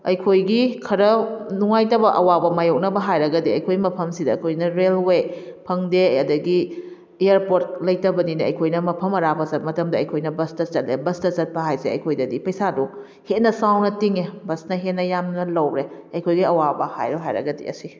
ꯑꯩꯈꯣꯏꯒꯤ ꯈꯔ ꯅꯨꯡꯉꯥꯏꯇꯕ ꯑꯋꯥꯕ ꯃꯥꯏꯌꯣꯛꯅꯕ ꯍꯥꯏꯔꯒꯗꯤ ꯑꯩꯈꯣꯏ ꯃꯐꯝ ꯁꯤꯗ ꯑꯩꯈꯣꯏꯅ ꯔꯦꯜꯋꯦ ꯐꯪꯗꯦ ꯑꯗꯒꯤ ꯏꯌꯥꯔꯄꯣꯠ ꯂꯩꯇꯕꯅꯤꯅ ꯑꯩꯈꯣꯏꯅ ꯃꯐꯝ ꯑꯔꯥꯞꯄ ꯆꯠ ꯃꯇꯝꯗ ꯑꯩꯈꯣꯏꯅ ꯕꯁꯇ ꯆꯠꯂꯦ ꯕꯁꯇ ꯆꯠꯄ ꯍꯥꯏꯁꯦ ꯑꯩꯈꯣꯏꯗꯗꯤ ꯄꯩꯁꯥꯗꯣ ꯍꯦꯟꯅ ꯆꯥꯎꯅ ꯇꯤꯡꯉꯦ ꯕꯁꯅ ꯍꯦꯟꯅ ꯌꯥꯝꯅ ꯂꯧꯔꯦ ꯑꯩꯈꯣꯏꯒꯤ ꯑꯋꯥꯕ ꯍꯥꯏꯌꯨ ꯍꯥꯏꯔꯒꯗꯤ ꯑꯁꯤ